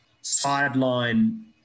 sideline